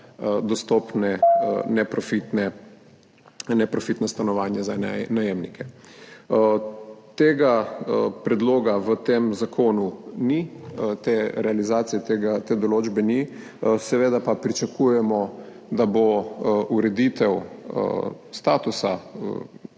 dostopne neprofitna stanovanja za najemnike. Tega predloga v tem zakonu ni, te realizacije te določbe ni. Seveda pa pričakujemo, da bo ureditev statusa